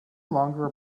longer